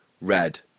red